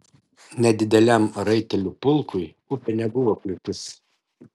nedideliam raitelių pulkui upė nebuvo kliūtis